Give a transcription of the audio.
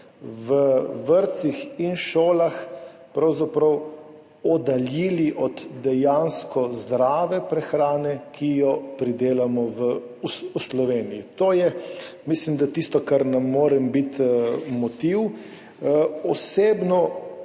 v vrtcih in šolah pravzaprav oddaljili od dejansko zdrave prehrane, ki jo pridelamo v Sloveniji. To je, mislim, da tisto, kar nam mora biti motiv. Osebno,